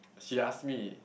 she ask me